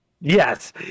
Yes